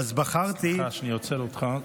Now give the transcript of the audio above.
סליחה שאני עוצר אותך.